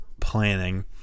planning